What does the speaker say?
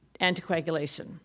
anticoagulation